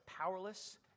powerless